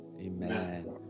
Amen